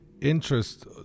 interest